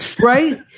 Right